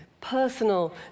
personal